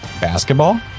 basketball